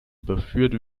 überführt